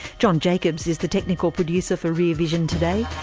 john jacobs is the technical producer for rear vision today.